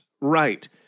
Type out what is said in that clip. right